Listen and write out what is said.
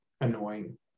annoying